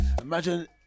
Imagine